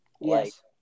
Yes